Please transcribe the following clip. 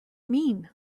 mean